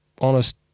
honest